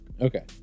Okay